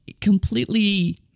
completely